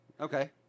Okay